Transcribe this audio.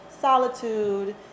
solitude